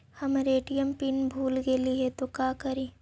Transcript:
हमर ATM pin भूला गेली हे, तो का करि?